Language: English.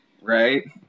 right